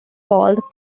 walled